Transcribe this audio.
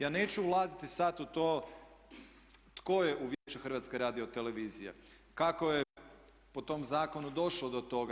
Ja neću ulaziti sad u to tko je u Vijeću HRT-a, kako je po tom zakonu došlo do toga.